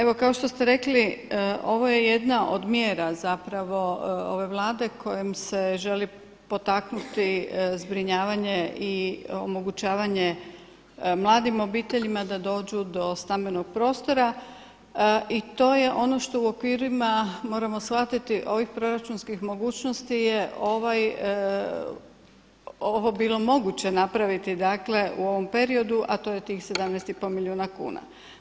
Evo kao što ste rekli ovo je jedna od mjera ove Vlade kojom se želi potaknuti zbrinjavanje i omogućavanje mladim obiteljima da dođu do stambenog prostora i to je ono što u okvirima moramo shvatiti ovih proračunskih mogućnosti je ovo bilo moguće napraviti u ovom periodu, a to je tih 17,5 milijuna kuna.